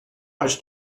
much